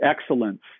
excellence